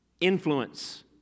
influence